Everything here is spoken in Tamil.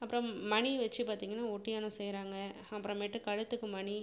அப்புறம் மணி வைச்சு பார்த்தீங்கனா ஒட்டியாணம் செய்கிறாங்க அப்புறமேட்டு கழுத்துக்கு மணி